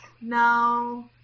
no